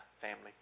family